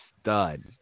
stud